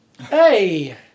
Hey